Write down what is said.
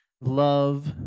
love